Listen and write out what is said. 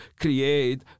create